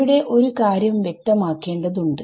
ഇവിടെ ഒരു കാര്യം വ്യക്തമാക്കേണ്ടതുണ്ട